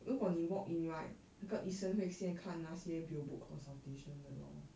如果你 walk in right 那个医生会先看那些有 book consultation 的 lor